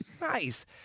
Nice